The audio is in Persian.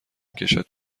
کشد